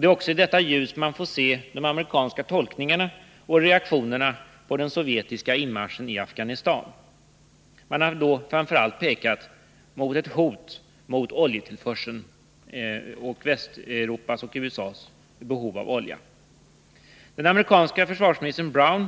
Det är också i detta ljus man får se de amerikanska tolkningarna av och reaktionerna på den sovjetiska inmarschen i Afghanistan. Man har då framför allt pekat på ett hot mot oljetillförseln när det gäller Västeuropas och USA:s behov av olja. Den amerikanske försvarsministern Brown